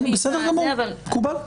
בסדר גמור מקובל,